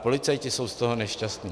Policajti jsou z toho nešťastní.